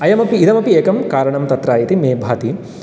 अयमपि इदमपि एकं कारणं तत्र इति मे भाती